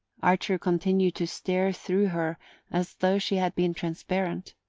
archer continued to stare through her as though she had been transparent.